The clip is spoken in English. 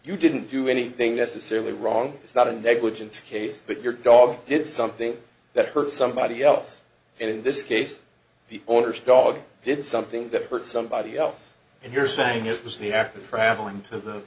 you didn't do anything necessarily wrong it's not a negligence case but your dog did something that hurt somebody else and in this case the owner's dog did something that hurt somebody else and you're saying it was the act of traveling to